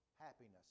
happiness